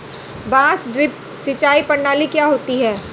बांस ड्रिप सिंचाई प्रणाली क्या होती है?